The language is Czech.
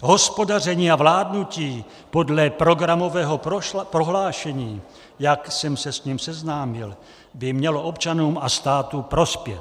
Hospodaření a vládnutí podle programového prohlášení, jak jsem se s ním seznámil, by mělo občanům a státu prospět.